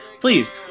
please